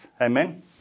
Amen